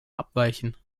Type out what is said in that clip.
abweichen